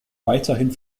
weiterhin